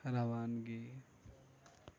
روانگی